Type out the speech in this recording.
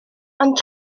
ond